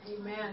Amen